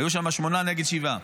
היו שם שמונה נגד שבעה,